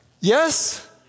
Yes